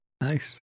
Nice